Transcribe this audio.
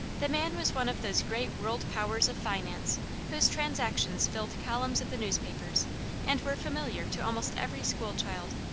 the man was one of those great world-powers of finance whose transactions filled columns of the newspapers and were familiar to almost every school child.